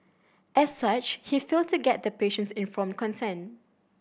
as such he failed to get the patient's informed consent